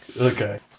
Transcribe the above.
Okay